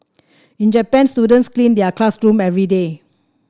in Japan students clean their classroom every day